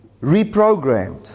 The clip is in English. reprogrammed